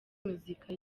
muzika